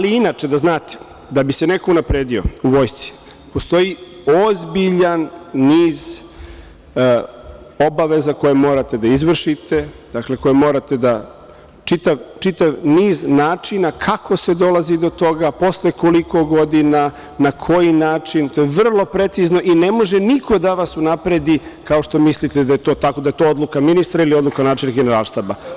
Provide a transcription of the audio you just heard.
Inače, da znate, da bi se neko unapredio u Vojsci postoji ozbiljan niz obaveza koje morate da izvršite, dakle, čitav niz načina kako se dolazi do toga, posle koliko godina, na koji način, to je vrlo precizno i ne može niko da vas unapredi, kao što mislite da je odluka ministra ili odluka načelnika Generalštaba.